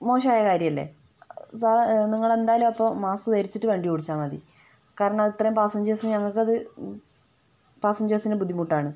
മോശമായ കാര്യല്ലേ സാറെ നിങ്ങളെന്തായാലും അപ്പോൾ മാസ്ക് ധരിച്ചിട്ട് വണ്ടി ഓടിച്ചാൽ മതി കാരണം അത്രേം പാസ്സഞ്ചേഴ്സ് ഞങ്ങക്കത് പാസഞ്ചേഴ്സിന് ബുദ്ധിമുട്ടാണ്